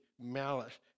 malice